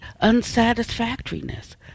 unsatisfactoriness